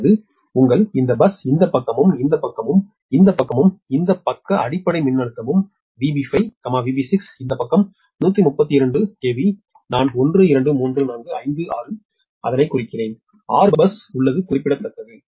அதாவது உங்கள் இந்த பஸ் இந்த பக்கமும் இந்த பக்கமும் இந்த பக்கமும் இந்த பக்க அடிப்படை மின்னழுத்தமும் VB5 VB6 இந்த பக்கம் 132 KV நான் 1 2 3 4 5 6 ஐ குறிக்கிறேன் 6 பஸ் உள்ளது குறிக்கப்பட்டுள்ளது